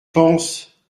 pense